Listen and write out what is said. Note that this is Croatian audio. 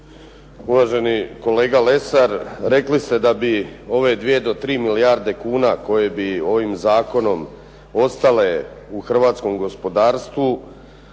Uvaženi kolega Lesar, rekli ste da bi ove dvije do tri milijarde kuna koje bi ovim zakonom ostale u hrvatskom gospodarstvu